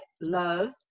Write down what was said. Love